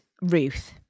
Ruth